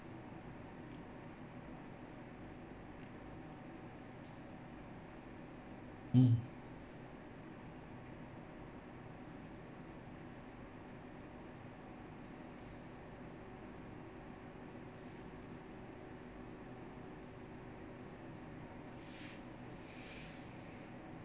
um